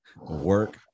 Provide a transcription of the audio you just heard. work